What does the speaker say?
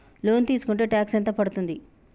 Loan తీస్కుంటే tax ఎంత పడ్తుంది?